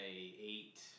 eight